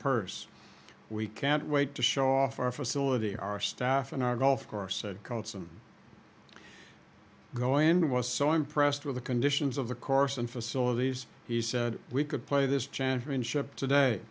purse we can't wait to show off our facility our staff and our golf course cults and going was so impressed with the conditions of the course and facilities he said we could play this championship today